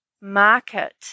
market